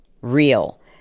real